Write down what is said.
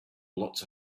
blots